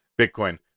Bitcoin